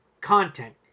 content